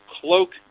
cloak